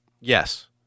Yes